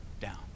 down